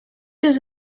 does